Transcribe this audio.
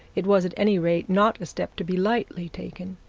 it was at any rate not a step to be lightly taken.